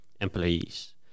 employees